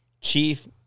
Chief